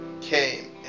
came